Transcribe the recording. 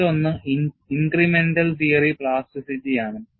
മറ്റൊന്ന് incremental theory plasticity ആണ്